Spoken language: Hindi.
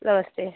नमस्ते